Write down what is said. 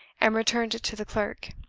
and returned it to the clerk.